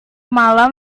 malam